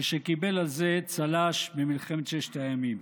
ושקיבל על זה צל"ש במלחמת ששת הימים: